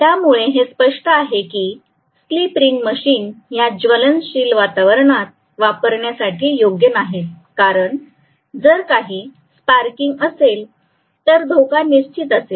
त्यामुळे हे स्पष्ट आहे की स्लिप रिंग मशीन ह्या ज्वलनशील वातावरणात वापरण्यासाठी योग्य नाहीत कारण जर काही स्पार्किंग असेल तर धोका निश्चित असेल